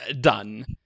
done